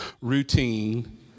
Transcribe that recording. routine